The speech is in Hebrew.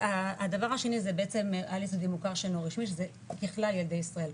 הדבר השני זה בעצם על יסודי מוכר שאינו רשמי שזה ככלל ילדי ישראל.